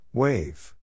Wave